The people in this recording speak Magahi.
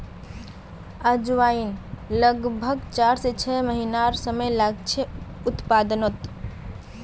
अजवाईन लग्ब्भाग चार से छः महिनार समय लागछे उत्पादनोत